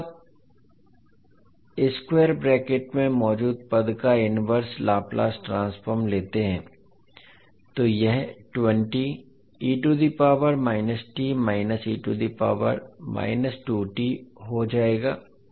यदि आप अब स्क्वायर ब्रैकेट में मौजूद पद का इनवर्स लाप्लास ट्रांसफॉर्म लेते हैं तो यह हो जाएगा